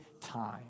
time